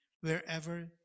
wherever